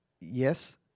yes